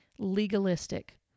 legalistic